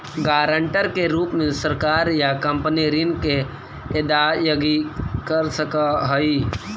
guarantor के रूप में सरकार या कंपनी ऋण के अदायगी कर सकऽ हई